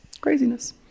craziness